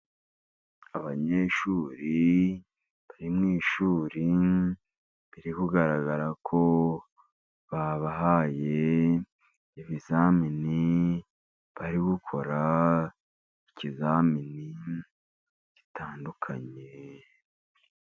Abanyeshuri bari mu ishuri, biri kugaragara ko babahaye ibizamini bari gukora, ikizamini gitandukanye.